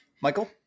Michael